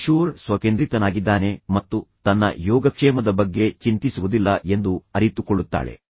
ಕಿಶೋರ್ ಸ್ವಕೇಂದ್ರಿತನಾಗಿದ್ದಾನೆ ಮತ್ತು ತನ್ನ ಯೋಗಕ್ಷೇಮದ ಬಗ್ಗೆ ಚಿಂತಿಸುವುದಿಲ್ಲ ಎಂದು ಅವಳು ಅರಿತುಕೊಳ್ಳುತ್ತಾಳೆ